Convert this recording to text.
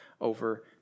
over